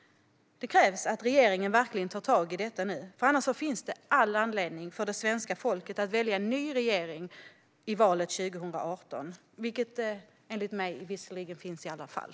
Det krävs att regeringen verkligen tar tag i detta nu. Annars finns all anledning för svenska folket att välja en ny regering i valet 2018, vilket det enligt mig visserligen finns i alla fall.